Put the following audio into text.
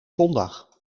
zondag